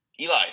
Eli